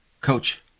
coach